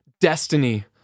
destiny